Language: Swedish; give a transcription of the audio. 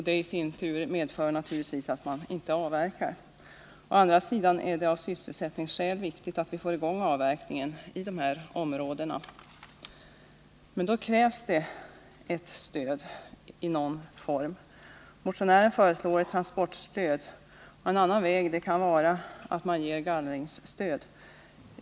Detta i sin tur innebär naturligtvis att man inte avverkar. Å andra sidan är det av sysselsättningsskäl viktigt att vi får i gång avverkningen i dessa områden. Men då krävs det ett stöd i någon form. Motionären föreslår ett transportstöd. En annan väg kan vara att man ger gallringsstöd.